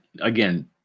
again